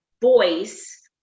voice